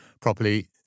properly